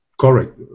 Correct